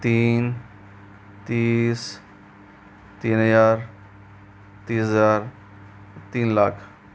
तीन तीस तीन हज़ार तीस हज़ार तीन लाख